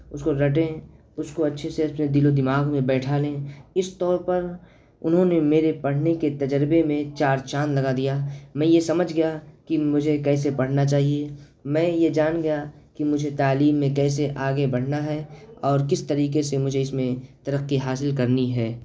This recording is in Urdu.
اس کو رٹیں اس کو اچھے سے اپنے دل و دماغ میں بیٹھا لیں اس طور پر انہوں نے میرے پڑھنے کے تجربے میں چار چاند لگا دیا میں یہ سمجھ گیا کہ مجھے کیسے پڑھنا چاہیے میں یہ جان گیا کہ مجھے تعلیم میں کیسے آگے بڑھنا ہے اور کس طریقے سے مجھے اس میں ترقی حاصل کرنی ہے